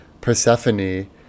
Persephone